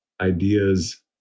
ideas